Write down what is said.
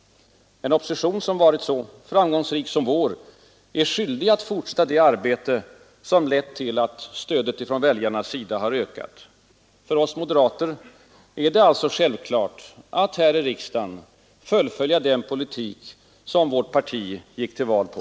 En opposition som varit så framgångsrik som vår är skyldig att fortsätta det arbete som lett till att stödet från väljarnas sida har ökat. För oss moderater är det alltså självklart att här i riksdagen fullfölja den politik som vårt parti gick till val på.